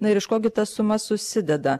na ir iš ko gi ta suma susideda